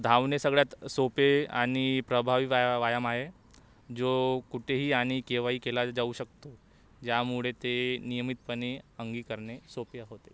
धावणे सगळ्यात सोपे आणि प्रभावी वाया व्यायाम आहे जो कुठेही आणि केव्हाही केला जाऊ शकतो ज्यामुळे ते नियमितपणे अंगीकरणे सोपे होते